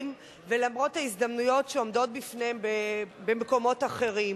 ולמרות ההזדמנויות שעומדות בפניהם במקומות אחרים.